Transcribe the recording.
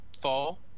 fall